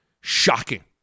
shocking